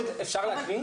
אפשר להקריא?